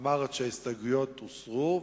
אמרת שההסתייגויות הוסרו,